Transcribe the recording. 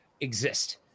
exist